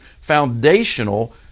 foundational